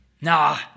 nah